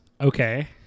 Okay